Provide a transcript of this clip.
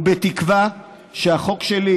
ובתקווה שהחוק שלי,